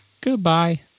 Goodbye